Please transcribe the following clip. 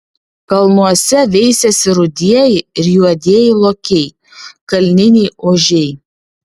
kalnuose veisiasi rudieji ir juodieji lokiai kalniniai ožiai